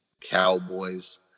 cowboys